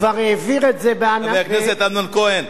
כבר העביר את זה, חבר הכנסת אמנון כהן,